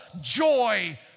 joy